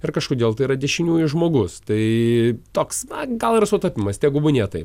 ir kažkodėl tai yra dešiniųjų žmogus tai toks na gal ir sutapimas tegubūnie taip